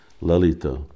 Lalita